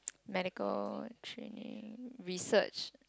medically training research